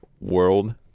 World